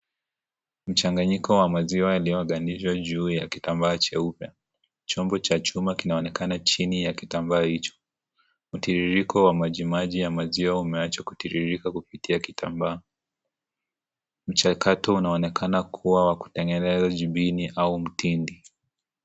Mchanganyiko wa maziwa yaliyogandishwa juu ya kitambaa cheupe, chombo cha chuma kinaonekana juu ya kitambaa hicho, mtiririko wa maji maji ya maziwa umeachwa kutiririka kupitia kitambaa, mchakato unaonekana kuwa wa kutengeneza jibini au mtindi.